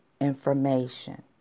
information